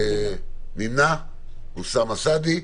נמנע אחד, אוסאמה סעדי.